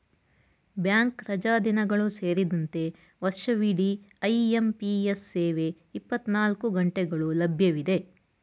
bank ರಜಾದಿನಗಳು ಸೇರಿದಂತೆ ವರ್ಷವಿಡಿ ಐ.ಎಂ.ಪಿ.ಎಸ್ ಸೇವೆ ಇಪ್ಪತ್ತನಾಲ್ಕು ಗಂಟೆಗಳು ಲಭ್ಯವಿದೆ